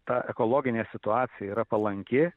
ta ekologinė situacija yra palanki